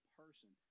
person